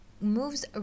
moves